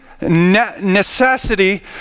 necessity